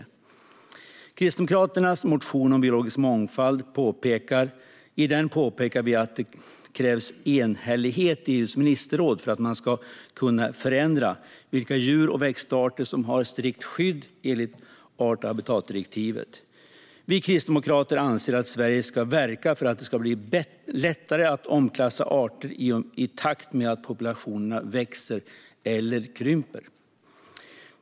I Kristdemokraternas motion om biologisk mångfald påpekar vi att det krävs enhällighet i EU:s ministerråd för att man ska kunna förändra vilka djur och växtarter som har strikt skydd enligt art och habitatdirektivet. Vi kristdemokrater anser att Sverige ska verka för att det ska bli lättare att omklassa arter i takt med att populationerna växer eller krymper.